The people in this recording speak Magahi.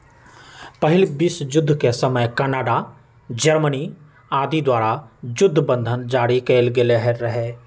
पहिल विश्वजुद्ध के समय कनाडा, जर्मनी आदि द्वारा जुद्ध बन्धन जारि कएल गेल रहै